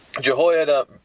Jehoiada